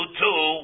two